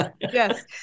Yes